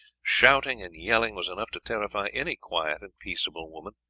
shouting and yelling, was enough to terrify any quiet and peaceable woman.